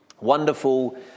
Wonderful